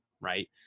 right